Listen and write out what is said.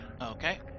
Okay